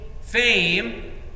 fame